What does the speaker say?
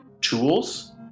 tools